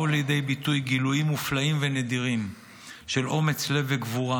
באו לידי ביטוי גילויים מופלאים ונדירים של אומץ לב וגבורה,